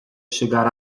chegar